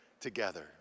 together